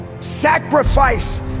Sacrifice